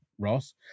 ross